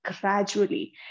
gradually